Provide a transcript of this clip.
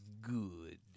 Good